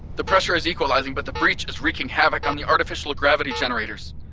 the pressure is equalizing but the breach is wreaking havoc on the artificial gravity generators.